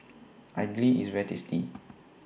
Idly IS very tasty